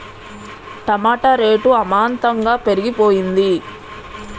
టమాట rate అమాంతంగా పెరిగిపోయింది